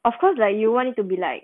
of course like you want to be like